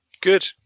good